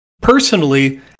Personally